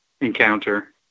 encounter